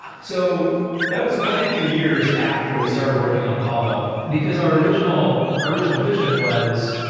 so that was quite a few years after we started working on apollo, because our original original vision was,